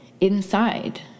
inside